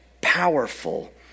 powerful